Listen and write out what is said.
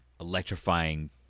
electrifying